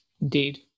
Indeed